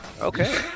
Okay